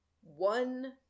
one